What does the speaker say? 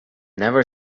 never